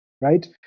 right